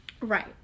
Right